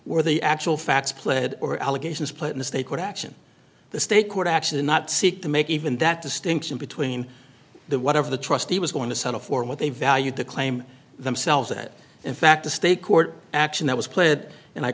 were the actual facts pled or allegations put in the state court action the state court action and not seek to make even that distinction between the whatever the trustee was going to settle for what they valued the claim themselves that in fact the state court action that was pled and i